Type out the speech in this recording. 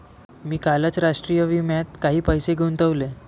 मी कालच राष्ट्रीय विम्यात काही पैसे गुंतवले